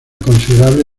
considerable